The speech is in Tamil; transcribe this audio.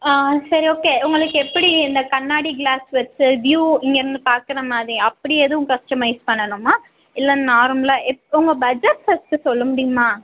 ஆ சரி ஓகே உங்களுக்கு எப்படி இந்த கண்ணாடி கிளாஸ் வச்சு வியூ இங்கேருந்து பார்க்குறமாரி அப்படி எதுவும் கஸ்டமைஸ் பண்ணணும்மா இல்லை நார்மலாக இப்போ உங்கள் பட்ஜெட் ஃபர்ஸ்ட்டு சொல்லமுடியுமா